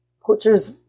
poachers